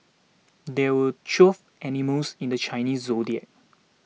there were twelve animals in the Chinese zodiac